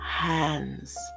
hands